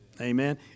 Amen